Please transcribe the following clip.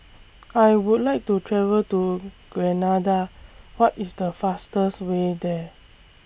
I Would like to travel to Grenada What IS The fastest Way There